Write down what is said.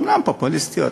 אומנם פופוליסטיות,